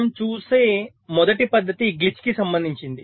మనము చూసే మొదటి పద్ధతి గ్లిచ్ కి సంబందించినది